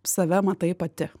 save matai pati